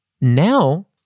now